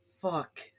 Fuck